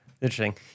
Interesting